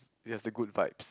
it has the Good Vibes